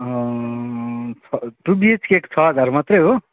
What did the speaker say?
छ टु बिएचकेको छ हजार मात्रै हो